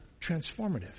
transformative